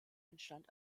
entstand